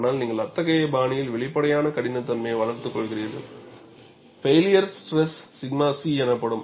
ஆனால் நீங்கள் அத்தகைய பாணியில் வெளிப்படையான கடினத்தன்மையை வளர்த்துக் கொள்கிறீர்கள் பைளியர் ஸ்ட்ரெஸ் 𝛔 C எனப்படும்